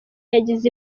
yagize